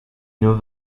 know